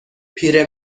پیر